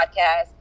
podcast